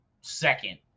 second